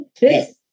Yes